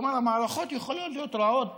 כלומר, המערכות יכולות להיות רעות